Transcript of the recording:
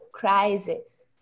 crisis